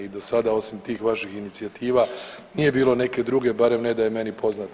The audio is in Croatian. I do sada osim tih vaših inicijativa nije bilo neke druge, barem ne da je meni poznata.